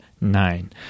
nine